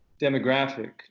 demographic